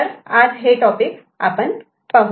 तर आज हे टॉपिक आपण पाहू